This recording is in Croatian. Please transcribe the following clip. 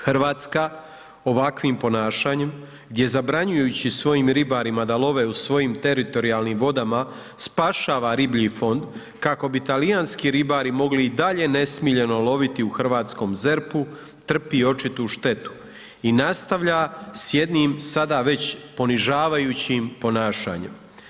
Hrvatska ovakvim ponašanjem gdje zabranjujući svojim ribarima da love u svojim teritorijalnim vodama spašava riblji fond kako bi Talijanski ribari mogli i dalje nesmiljeno loviti u Hrvatskom ZERP-u, trpi očitu štetu i nastavlja s jednim sada već ponižavajućim ponašanjem.